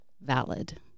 valid